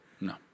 No